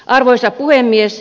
arvoisa puhemies